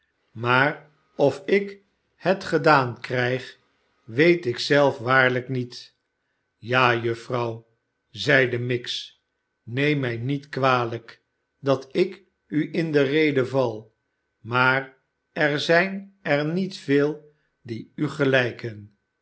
maar of ik het gedaan barnaby rudoe joe willet en eduard chester gedaan krijg weet ik zelf waarlijk niet ja juffrouw zeide miggs neem mij niet kwalijk dat ik u in de rede val maar er zijn er niet veel die u gelijken